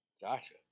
Gotcha